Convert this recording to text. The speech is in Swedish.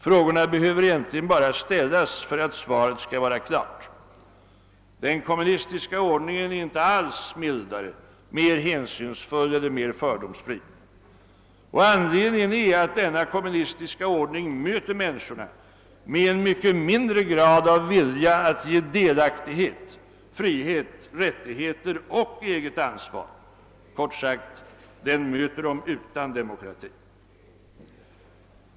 Frågorna behöver egentligen bara ställas för att svaret skall vara klart: den kommunistiska ordningen är inte alls mildare, mer hänsynsfull eller fördomsfri. Anledningen är att denna kommunistiska ordning möter människorna med en mycket mindre grad av vilja att ge dem delaktighet, frihet, rättighe-, ter och eget ansvar — kort uttryckt: den möter dem utan demokrati.